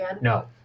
No